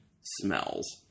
smells